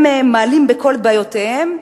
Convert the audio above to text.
הם מעלים בקול את בעיותיהם,